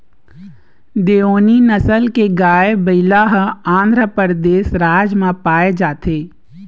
देओनी नसल के गाय, बइला ह आंध्रपरदेस राज म पाए जाथे